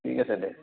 ঠিক আছে দে